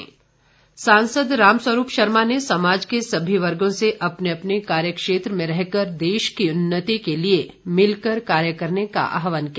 रामस्वरूप सांसद रामस्वरूप शर्मा ने समाज के सभी वर्गो से अपने अपने कार्य क्षेत्र में रहकर देश की उन्नति के लिए मिलकर कार्य करने का आहवान किया